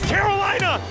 Carolina